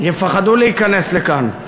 יפחדו להיכנס לכאן.